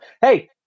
Hey